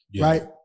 right